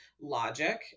logic